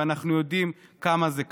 ואנחנו יודעים כמה זה קשה.